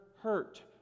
hurt